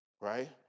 right